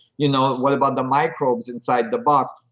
you know what about the microbes inside the box?